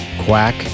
Quack